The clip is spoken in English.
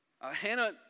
Hannah